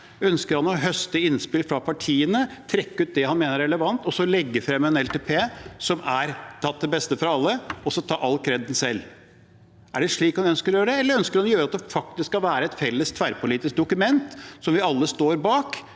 Ønsker han å høste innspill fra partiene, trekke ut det han mener er relevant, legge frem en langtidsplan hvor han har tatt det beste fra alle, og så ta all kredden selv? Er det slik han ønsker å gjøre det, eller ønsker han at det faktisk skal være et felles tverrpolitisk dokument som vi alle står bak?